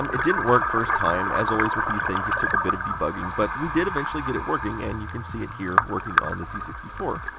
um it didn't work first time. as always with these things, it took a bit of debugging. but we did eventually get it working and you can see it here working on the c six four.